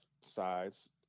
sides